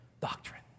doctrine